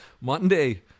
Monday